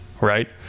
right